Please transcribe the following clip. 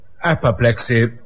Apoplexy